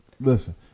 Listen